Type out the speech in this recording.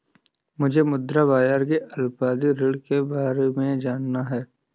मुझे मुद्रा बाजार के अल्पावधि ऋण के बारे में जानना है